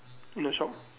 in the shop